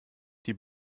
die